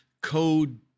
code